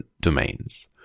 domains